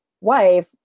wife